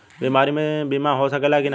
बीमारी मे बीमा हो सकेला कि ना?